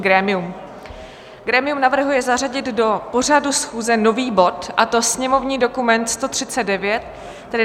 Grémium navrhuje zařadit do pořadu schůze nový bod, a to sněmovní dokument 139, tedy